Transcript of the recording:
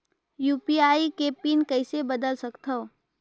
UPI के PIN कइसे बदल सकथव?